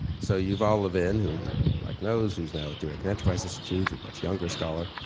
so yuval levin, who mike knows, who's now at the american enterprise institute, a much younger scholar,